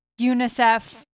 UNICEF